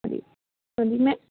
ਜੀ ਹਾਂਜੀ ਮੈਂ